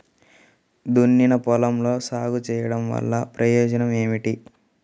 దున్నిన పొలంలో సాగు చేయడం వల్ల ప్రయోజనం ఏమిటి?